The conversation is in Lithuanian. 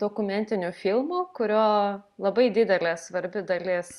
dokumentiniu filmu kurio labai didelė svarbi dalis